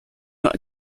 not